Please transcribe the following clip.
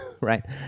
Right